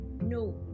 No